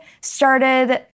started